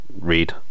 read